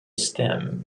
stem